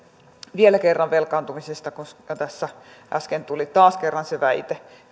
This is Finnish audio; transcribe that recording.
vielä kerran velkaantumisesta koska tässä äsken tuli taas kerran siitä väite